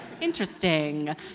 interesting